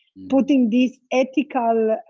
putting this ethical